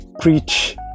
preach